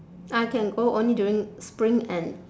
I can go only during spring and